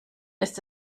ist